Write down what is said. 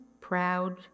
proud